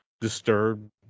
disturbed